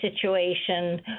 situation